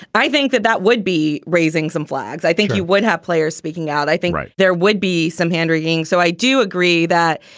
i think that that would be raising some flags. i think you would have players speaking out. i think there would be some hand-wringing. so i do agree that,